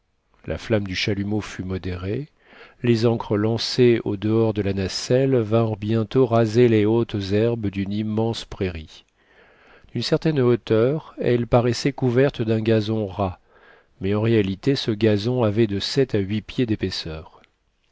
la flamme du chalumeau fut modérée les ancres lancées au dehors de la nacelle vinrent bientôt raser les hautes herbes d'une immense prairie d'une certaine hauteur elle paraissait couverte d'un gazon ras mais en réalité ce gazon avait de sept à huit pieds d'épaisseur